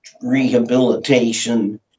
rehabilitation